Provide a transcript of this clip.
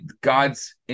God's